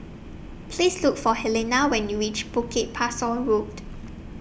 Please Look For Helena when YOU REACH Bukit Pasoh Road